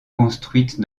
construite